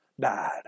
died